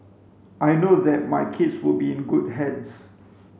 I know that my kids will be in good hands